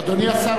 אדוני השר,